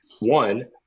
one